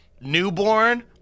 newborn